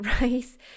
rice